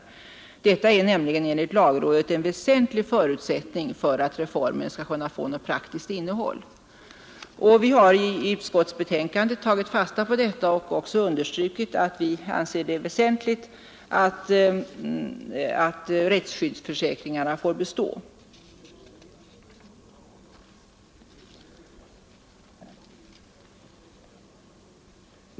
Detta är nämligen enligt lagrådet en väsentlig förutsättning för att reformen skall kunna få något praktiskt innehåll. Vi har i utskottsbetänkandet tagit fasta på detta och också understrukit att vi anser det väsentligt att rättskyddsförsäkringarna kommer att bestå.